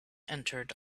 entered